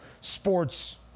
Sports